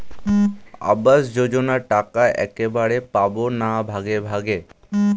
আবাস যোজনা টাকা একবারে পাব না ভাগে ভাগে?